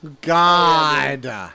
god